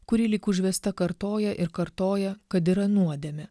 kuri lyg užvesta kartoja ir kartoja kad yra nuodėmė